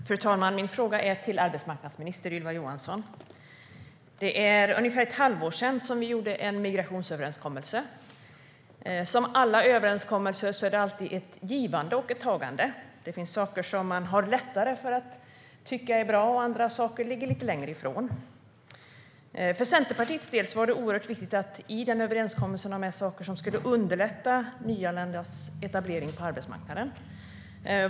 Fru talman! Min fråga är till arbetsmarknadsminister Ylva Johansson. Det är ungefär ett halvår sedan vi gjorde en migrationsöverenskommelse. Som alltid vid överenskommelser är det ett givande och ett tagande. Det finns saker som man har lättare att tycka är bra medan andra saker ligger lite längre ifrån. För Centerpartiets del var det oerhört viktigt att överenskommelsen gällde sådant som skulle underlätta nyanländas etablering på arbetsmarknaden.